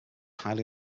highly